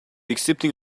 accepting